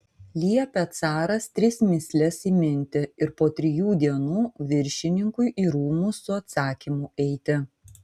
liepė caras tris mįsles įminti ir po trijų dienų viršininkui į rūmus su atsakymu eiti